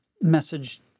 message